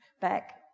back